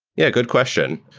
yeah, good question.